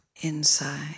inside